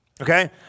okay